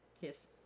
Yes